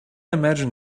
imagine